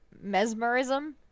mesmerism